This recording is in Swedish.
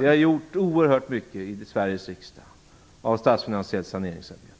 Vi har genomfört oerhört mycket i Sveriges rikdsdag av statsfinansiellt saneringsarbete.